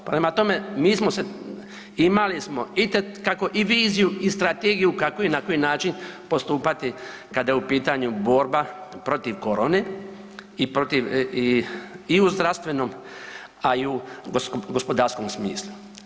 Prema tome, mi smo se, imali smo itekako i viziju i strategiju kako i na koji način postupati kada je u pitanju borba protiv korone i protiv i u zdravstvenom, a i u gospodarskom smislu.